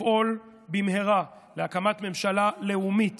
לפעול במהרה להקמת ממשלה לאומית